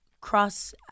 cross